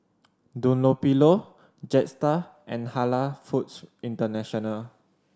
Dunlopillo Jetstar and Halal Foods International